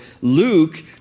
Luke